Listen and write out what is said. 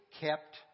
kept